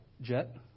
Jet